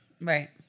right